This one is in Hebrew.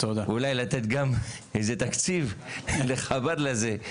אולי לתת גם איזה תקציב לחב"ד לזה,